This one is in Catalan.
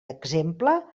exemple